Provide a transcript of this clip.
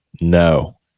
no